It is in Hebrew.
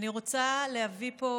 אני רוצה להביא פה